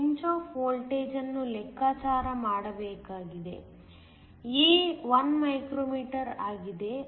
ನಾವು pinch off voltage ಅನ್ನು ಲೆಕ್ಕಾಚಾರ ಮಾಡಬೇಕಾಗಿದೆ a 1 ಮೈಕ್ರೋಮೀಟರ್ ಆಗಿದೆ